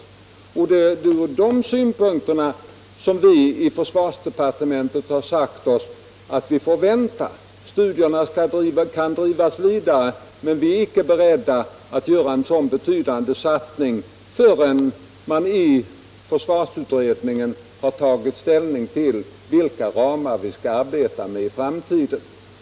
Det är ur de synpunkterna som vi i försvarsdepartementet har sagt oss att vi får vänta. Studierna kan drivas vidare men vi är icke beredda att göra en sådan betydande satsning förrän man i försvarsutredningen tagit ställning till vilka ramar vi skall arbeta med i framtiden.